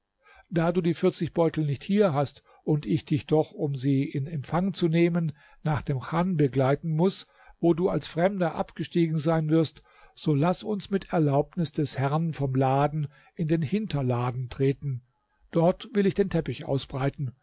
da du die vierzig beutel nicht hier hast und ich dich doch um sie in empfang zu nehmen nach dem chan begleiten muß wo du als fremder abgestiegen sein wirst so laß uns mit erlaubnis des herrn vom laden in den hinterladen treten dort will ich den teppich ausbreiten